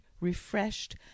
refreshed